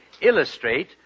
illustrate